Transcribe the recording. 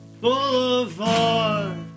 Boulevard